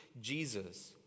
Jesus